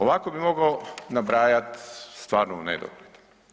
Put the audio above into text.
Ovako bi mogao nabrajat stvarno u nedogled.